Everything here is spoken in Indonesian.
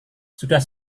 sudah